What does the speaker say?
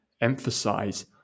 emphasize